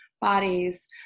bodies